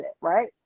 right